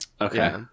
okay